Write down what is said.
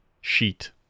sheet